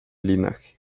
linaje